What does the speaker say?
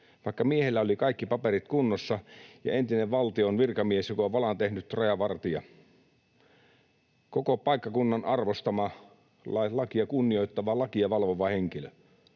vaikka miehellä oli kaikki paperit kunnossa ja mies oli entinen valtion virkamies, valan tehnyt rajavartija, koko paikkakunnan arvostama, lakia kunnioittava, lakia valvova henkilö